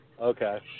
Okay